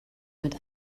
mit